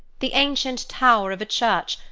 the ancient tower of a church,